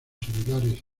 similares